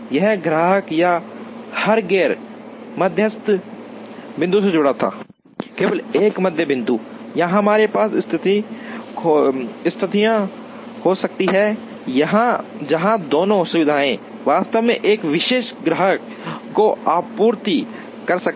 हर ग्राहक या हर गैर मध्यस्थ बिंदु से जुड़ा था केवल एक मध्य बिंदु यहां हमारे पास स्थितियां हो सकती हैं जहां दोनों सुविधाएं वास्तव में एक विशेष ग्राहक को आपूर्ति कर सकती हैं